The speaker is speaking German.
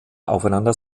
aufeinander